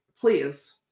please